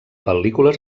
pel·lícules